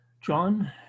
John